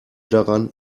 daran